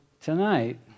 tonight